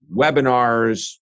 webinars